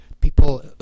People